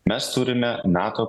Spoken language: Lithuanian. mes turime nato